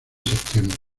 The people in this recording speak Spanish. septiembre